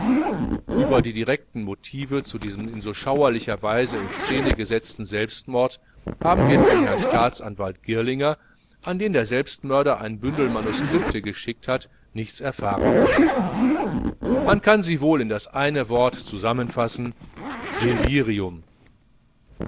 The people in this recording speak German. über die direkten motive zu diesem in so schauerlicher weise in szene gesetzten selbstmord haben wir vom herrn staatsanwalt girlinger an den der selbstmörder ein bündel manuskripte geschickt hat nichts erfahren können man kann sie wohl in das eine wort zusammenfassen delirium